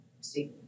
see